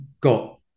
got